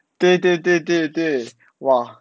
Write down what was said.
对对对对对 !wah!